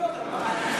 בסיסיות זה לא עמלה אחת.